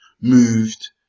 moved